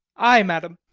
ay, madam.